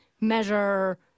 measure